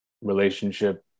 relationship